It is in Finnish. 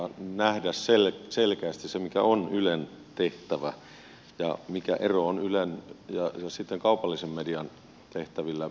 on todellakin tärkeää pitää huolta siitä ja nähdä selkeästi se mikä on ylen tehtävä ja mikä ero on ylen ja kaupallisen median tehtävillä